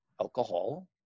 alcohol